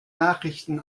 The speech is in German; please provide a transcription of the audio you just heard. nachrichten